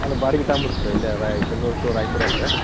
ಅಲ್ಲ ಬಾಡ್ಗೆ ತಗಂಬಿಡ್ತ್ರ ಇಲ್ಲೇ ರಾಯ್ ಚೆಲ್ಲೂರು ಟು ರಾಯಚೂರಲ್ರಿ